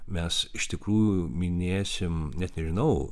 mes iš tikrųjų minėsim net nežinau